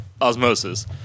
osmosis